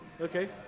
Okay